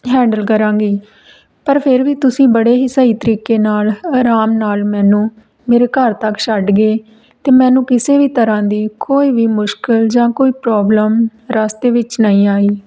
handle ਕਰਾਂਗੀ ਪਰ ਫਿਰ ਵੀ ਤੁਸੀਂ ਬੜੇ ਹੀ ਸਹੀ ਤਰੀਕੇ ਨਾਲ ਆਰਾਮ ਨਾਲ ਮੈਨੂੰ ਮੇਰੇ ਘਰ ਤੱਕ ਛੱਡ ਗਏ ਅਤੇ ਮੈਨੂੰ ਕਿਸੇ ਵੀ ਤਰ੍ਹਾਂ ਦੀ ਕੋਈ ਵੀ ਮੁਸ਼ਕਿਲ ਜਾਂ ਕੋਈ ਪ੍ਰੋਬਲਮ ਰਾਸਤੇ ਵਿੱਚ ਨਹੀ ਆਈ